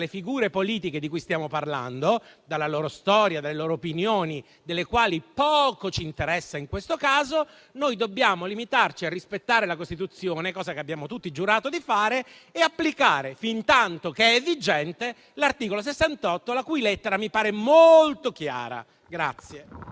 figure politiche di cui stiamo parlando, dalla loro storia, dalle loro opinioni, delle quali poco ci interessa in questo caso, noi dobbiamo limitarci a rispettare la Costituzione - cosa che abbiamo tutti giurato di fare - e applicare, fintanto che è vigente, l'articolo 68, la cui lettera mi pare molto chiara.